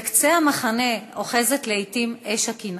בקצה המחנה אוחזת לעתים אש הקנאה,